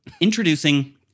Introducing